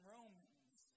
Romans